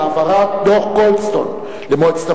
בתור מי שהיתה אחראית במשך עשר שנים לנושא היערכות לחירום של בית-חולים,